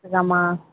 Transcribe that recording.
அதாம்மா